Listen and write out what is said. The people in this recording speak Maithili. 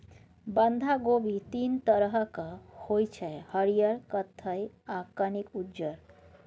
बंधा कोबी तीन तरहक होइ छै हरियर, कत्थी आ कनिक उज्जर